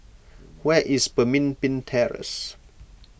where is Pemimpin Terrace